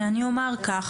אני אומר כך,